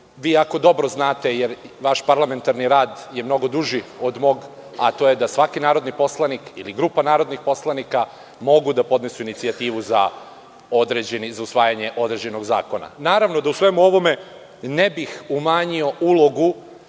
vi ako dobro znate, jer vaš parlamentarni rad je mnogo duži od mog, a to je da svaki narodni poslanik ili grupa narodnih poslanika mogu da podnesu inicijativu za usvajanje određenog zakona. Naravno, u svemu ovome ne bih umanjio ulogu